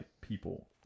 people